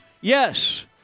yes